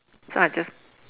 so I just